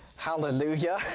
Hallelujah